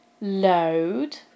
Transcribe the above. Load